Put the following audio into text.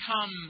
come